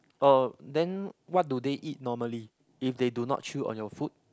uh then what do they eat normally if they do not chew on your food